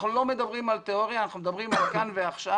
אנחנו לא מדברים על תיאוריה אלא אנחנו מדברים על כאן ועכשיו.